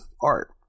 art